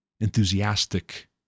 enthusiastic